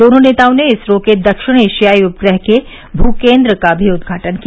दोनों नेताओं ने इसरो के दक्षिण एशियाई उपग्रह के भू केन्द्र का भी उद्घाटन किया